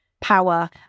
power